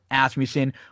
Asmussen